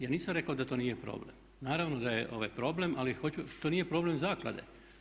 Ja nisam rekao da to nije problem, naravno da je problem, to nije problem zaklade.